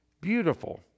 beautiful